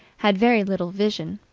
had very little vision,